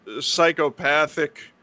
psychopathic